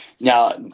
Now